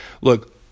Look